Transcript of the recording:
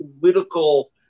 political